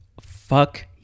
Fuck